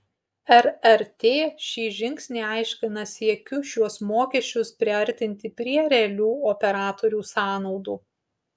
rrt šį žingsnį aiškina siekiu šiuos mokesčius priartinti prie realių operatorių sąnaudų